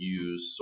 use